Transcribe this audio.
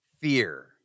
fear